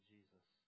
Jesus